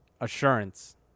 assurance